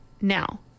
Now